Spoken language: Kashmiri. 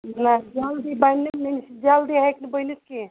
نَہ جلدی بَنہٕ نہِ مےٚ نِش جلدی ہیٚکہِ نہٕ بٔنِتھ کیٚنٛہہ